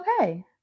okay